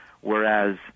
Whereas